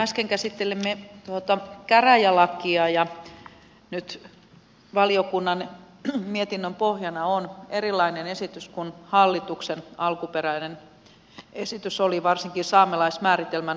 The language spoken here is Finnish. äsken käsittelimme tuota käräjälakia ja nyt valiokunnan mietinnön pohjana on erilainen esitys kuin hallituksen alkuperäinen esitys oli varsinkin saamelaismääritelmän osalta